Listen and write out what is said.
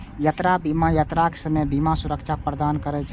यात्रा बीमा यात्राक समय बीमा सुरक्षा प्रदान करै छै